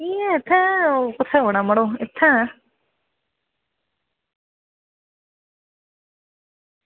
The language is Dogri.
इंया इत्थें परसौन 'ऐ मड़ो इत्थें